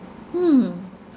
hmm